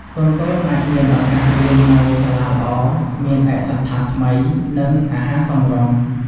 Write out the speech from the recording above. កូនៗអាចមានឱកាសរៀននៅសាលាល្អ មានឯកសណ្ឋានថ្មី និងអាហារសមរម្យ។